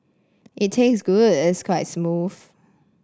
it taste good it's quite smooth